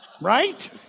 Right